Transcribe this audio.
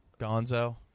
Gonzo